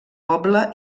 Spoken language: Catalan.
poble